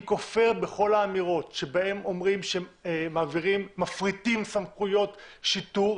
אני כופר בכל האמירות שבהן נאמר שמפריטים סמכויות שיטור.